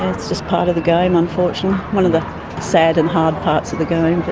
it's just part of the game, unfortunately. one of the sad and hard parts of the game, but.